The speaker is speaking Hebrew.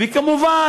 וכמובן,